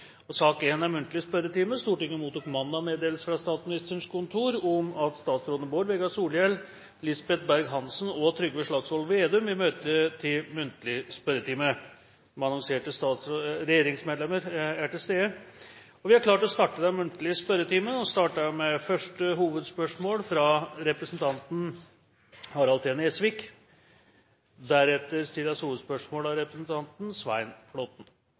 og salg i forbindelse med helligdager. Forslaget vil bli behandlet på reglementsmessig måte. Stortinget mottok mandag meddelelse fra Statsministerens kontor om at statsrådene Bård Vegar Solhjell, Lisbeth Berg-Hansen og Trygve Slagsvold Vedum vil møte til muntlig spørretime. De annonserte regjeringsmedlemmene er til stede, og vi er klare til å starte den muntlige spørretimen. Vi starter med første hovedspørsmål, fra representanten Harald